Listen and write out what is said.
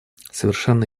совершенно